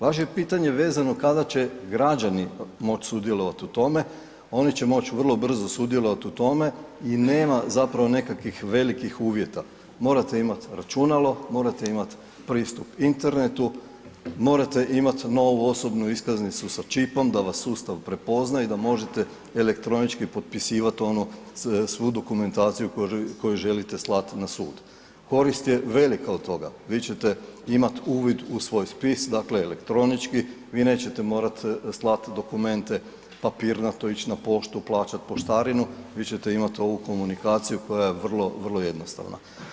Vaše pitanje vezano kada će građani moć sudjelovat u tome, oni će moć vrlo brzo sudjelovati u tome i nema zapravo nekakvih velikih uvjeta, morate imat računalo, morate imat pristup internetu, morate imat novu osobnu iskaznicu sa čipom da vas sustav prepozna i da možete elektronički potpisivat ono, svu dokumentaciju koju želite slat na sud, korist je velika od toga, vi ćete imat uvid u svoj spis, dakle elektronički vi nećete morat slat dokumente papirnato ić na poštu, plaćat poštarinu, vi ćete imat ovu komunikaciju koja je vrlo, vrlo jednostavna.